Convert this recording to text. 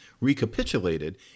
recapitulated